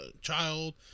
child